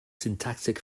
syntactic